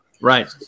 right